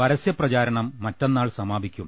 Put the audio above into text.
പരസ്യ പ്രചാരണം മറ്റന്നാൾ സമാപിക്കും